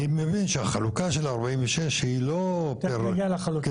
אני מבין שהחלוקה של 46 היא לא --- תכף נגיע לחלוקה,